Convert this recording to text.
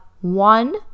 one